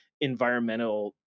environmental